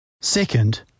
Second